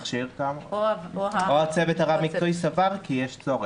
או הצוות הרב-מקצועי סבר כי יש צורך.